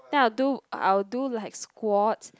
then I'll do I will do like squats